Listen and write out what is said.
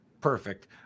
Perfect